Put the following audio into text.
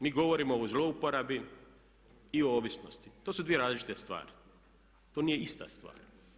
Mi govorimo o zlouporabi i o ovisnosti, to su dvije različite stvari, to nije ista stvar.